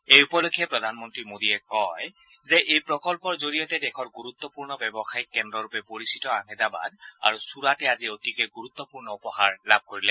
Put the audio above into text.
এই উপলক্ষে প্ৰধানমন্ত্ৰী মোদীয়ে কয় যে এই প্ৰকল্পৰ জৰিয়তে দেশৰ গুৰুত্বপূৰ্ণ ব্যৱসায়িক কেন্দ্ৰৰূপে পৰিচিত আহমেদাবাদ আৰু ছুৰাটে আজি অতিকে গুৰুত্বপূৰ্ণ উপহাৰ লাভ কৰিলে